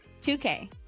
2K